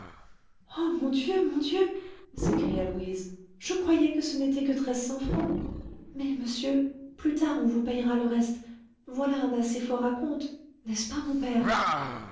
oh mon dieu mon dieu s'écria louise je croyais que ce n'était que treize cents francs mais monsieur plus tard on vous payera le reste voilà un assez fort à-compte n'est-ce pas mon père